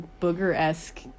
booger-esque